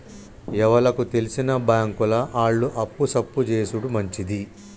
ఎవలకు తెల్సిన బాంకుల ఆళ్లు అప్పు సప్పు జేసుడు మంచిది